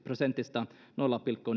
prosentista nolla pilkku